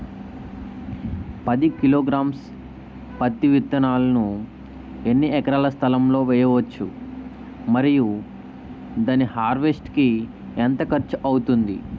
పది కిలోగ్రామ్స్ పత్తి విత్తనాలను ఎన్ని ఎకరాల స్థలం లొ వేయవచ్చు? మరియు దాని హార్వెస్ట్ కి ఎంత ఖర్చు అవుతుంది?